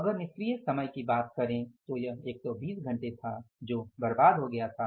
अगर निष्क्रिय समय की बात करें तो यह 120 घंटे था जो बर्बाद हो गया है